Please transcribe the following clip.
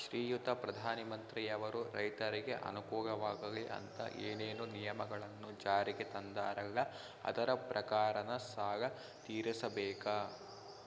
ಶ್ರೀಯುತ ಪ್ರಧಾನಮಂತ್ರಿಯವರು ರೈತರಿಗೆ ಅನುಕೂಲವಾಗಲಿ ಅಂತ ಏನೇನು ನಿಯಮಗಳನ್ನು ಜಾರಿಗೆ ತಂದಾರಲ್ಲ ಅದರ ಪ್ರಕಾರನ ಸಾಲ ತೀರಿಸಬೇಕಾ?